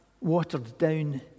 watered-down